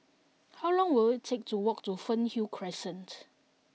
how long will it take to walk to Fernhill Crescent